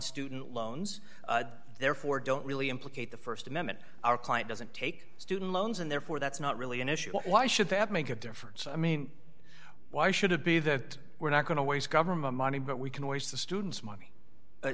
student loans therefore don't really implicate the st amendment our client doesn't take student loans and therefore that's not really an issue why should they have to make a difference i mean why should it be that we're not going to waste government money but we can raise the students money